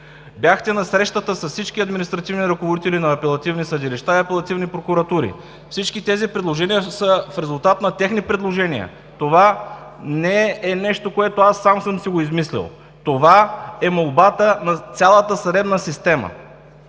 Бяхте на срещата с всички административни ръководители на апелативни съдилища и апелативни прокуратури. Всички тези предложения са в резултат на техни предложения. Това не е нещо, което аз сам съм си го измислил. Това е молбата на цялата съдебна система.